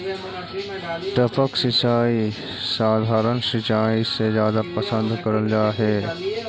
टपक सिंचाई सधारण सिंचाई से जादा पसंद करल जा हे